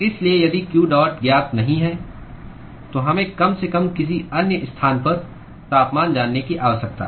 इसलिए यदि q dot ज्ञात नहीं है तो हमें कम से कम किसी अन्य स्थान पर तापमान जानने की आवश्यकता है